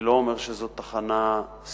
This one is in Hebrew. אני לא אומר שזו תחנה סופית.